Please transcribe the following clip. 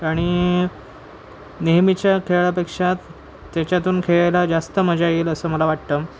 आणि नेहमीच्या खेळापेक्षा त्याच्यातून खेळायला जास्त मजा येईल असं मला वाटतं